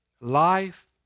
life